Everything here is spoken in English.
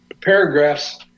paragraphs